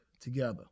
together